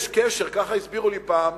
יש קשר, ככה הסבירו לי פעם,